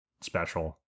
special